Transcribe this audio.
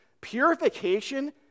purification